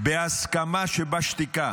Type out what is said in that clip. בהסכמה שבשתיקה